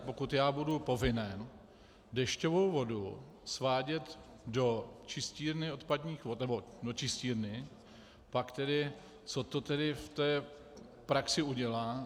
Jestli já budu povinen dešťovou vodu svádět do čistírny odpadních vod nebo do čistírny, pak tedy co to tedy v praxi udělá?